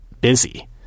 busy